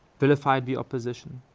vilified the opposition,